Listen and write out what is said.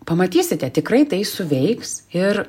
pamatysite tikrai tai suveiks ir